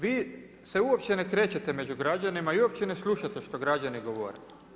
Vi se uopće ne krećete među građanima i uopće ne slušate što građani govore.